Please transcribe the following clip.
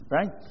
Right